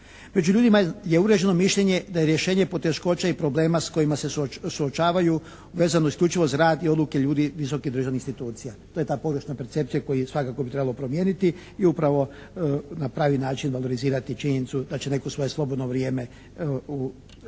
Među ljudima je uređeno mišljenje da je rješenje poteškoće i problema s kojima se suočavaju vezano isključivo za rad i odluke ljudi visokih državnih institucija. To je ta pogrešna percepcija koju svakako bi trebalo promijeniti i upravo na pravi način organizirati činjenicu da će neko svoje slobodno vrijeme